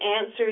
answer